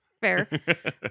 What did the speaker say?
fair